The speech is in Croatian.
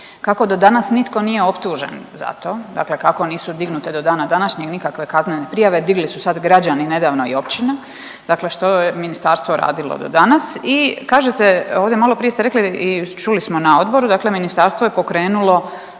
Kako do danas nitko nije optužen za to, dakle kako nisu dignute do dana današnjeg nikakve kaznene prijave digli su sad građani nedavno i općina, dakle što je ministarstvo radilo do danas. I kažete, ovdje maloprije ste rekli i čuli smo na odboru, dakle ministarstvo je pokrenulo